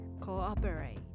cooperate